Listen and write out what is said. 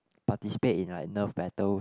participate in like nerf battles